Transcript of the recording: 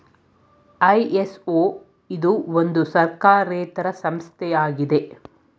ISO ಇದು ಒಂದು ಸರ್ಕಾರೇತರ ಸಂಸ್ಥೆ ಆಗಿದೆ